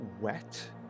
wet